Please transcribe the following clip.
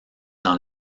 dans